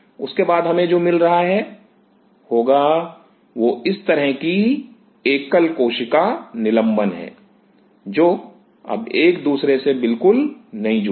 उसके बाद हमें जो मिल रहा होगा वह इस तरह की एकल कोशिका निलंबन है जो अब एक दूसरे से बिल्कुल नहीं जुड़ रहे हैं